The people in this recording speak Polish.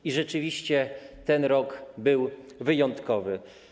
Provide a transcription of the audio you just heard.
I rzeczywiście ten rok był wyjątkowy.